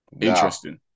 Interesting